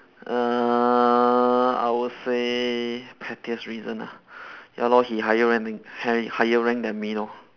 uh I would say pettiest reason ah ya lor he higher rank than high~ higher rank then me lor